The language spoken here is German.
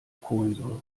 kohlensäure